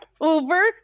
over